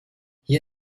hier